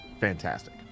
fantastic